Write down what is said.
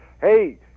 hey